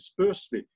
dispersely